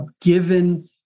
given